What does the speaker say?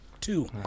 two